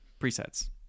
Presets